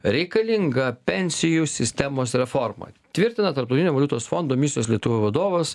reikalinga pensijų sistemos reforma tvirtina tarptautinio valiutos fondo misijos lietuvoje vadovas